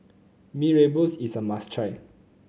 Mee Rebus is a must try